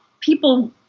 People